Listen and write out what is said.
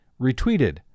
Retweeted